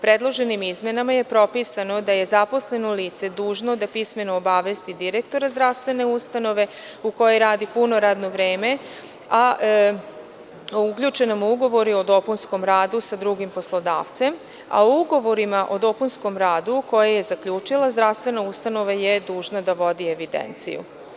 Predloženim izmenama je propisano da je zaposleno lice dužno da pismeno obavesti direktora zdravstvene ustanove u kojoj radi puno radno vreme o zaključenom ugovoru o dopunskom radu sa drugim poslodavcem, a o ugovorima o dopunskom radu koje je zaključila, zdravstvena ustanova je dužna da vodi evidenciju.